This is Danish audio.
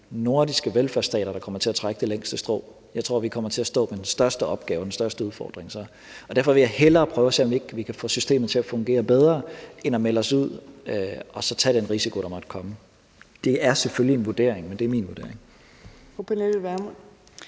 nordiske velfærdsstater, der kommer til at trække det længste strå. Jeg tror, vi kommer til at stå med den største opgave, den største udfordring. Derfor vil jeg hellere prøve at se, om vi ikke kan få systemet til at fungere bedre end at melde os ud og så tage den risiko, der måtte komme. Det er selvfølgelig en vurdering, men det er min vurdering.